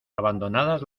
abandonadas